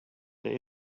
der